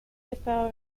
estaba